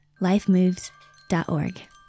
lifemoves.org